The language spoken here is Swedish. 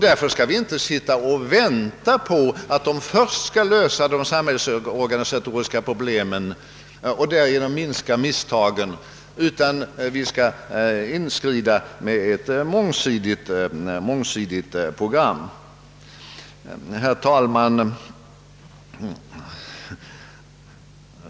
Därför skall vi inte sitta och vänta på att dessa länder först skall lösa de samhällsorganisatoriska problemen och därigenom minska misstagen, utan vi skall inskrida med ett mångsidigt hjälpprogram. Herr talman!